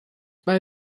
bij